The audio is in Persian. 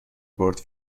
بٌرد